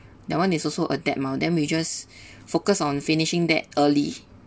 that one is also a debt mah then we just focused on finishing that early